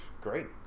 Great